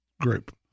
group